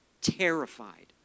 terrified